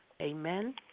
amen